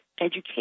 education